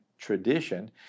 tradition